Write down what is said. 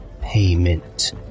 payment